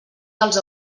dels